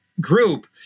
group